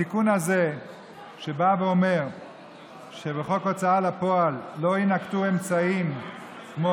התיקון הזה אומר שבחוק ההוצאה לפועל לא יינקטו אמצעים כמו